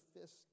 fist